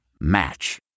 Match